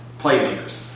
playmakers